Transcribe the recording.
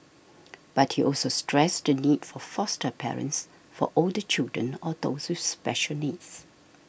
but he also stressed the need for foster parents for older children or those with special needs